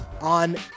on